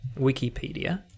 Wikipedia